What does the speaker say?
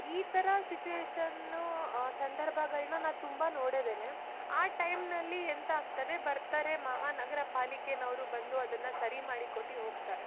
ಈ ಥರ ಸಿಚುಯೇಶನ್ನು ಸಂದರ್ಭಗಳನ್ನ ನಾನು ತುಂಬ ನೋಡದೇ ಆ ಟೈಮ್ನಲ್ಲಿ ಎಂತ ಆಗ್ತದೆ ಬರ್ತಾರೆ ಮಹಾನಗರಪಾಲಿಕೆನವರು ಬಂದು ಅದನ್ನು ಸರಿ ಮಾಡಿ ಕೊಟ್ಟು ಹೋಗ್ತಾರೆ